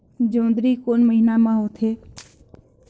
जोंदरी कोन महीना म होथे?